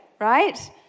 right